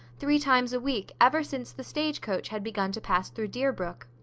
three times a week, ever since the stage-coach had begun to pass through deerbrook.